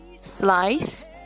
slice